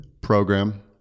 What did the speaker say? program